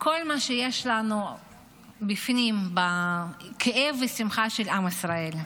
כל מה שיש לנו בפנים, בכאב ובשמחה של עם ישראל.